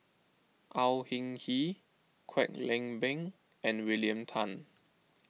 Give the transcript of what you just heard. Au Hing Yee Kwek Leng Beng and William Tan